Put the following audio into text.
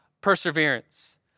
perseverance